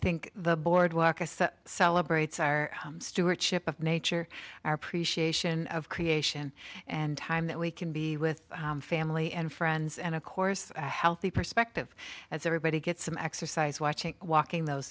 think the boardwalk celebrates our stewardship of nature are appreciative of creation and time that we can be with family and friends and of course a healthy perspective as everybody gets some exercise watching walking those